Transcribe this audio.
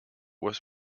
were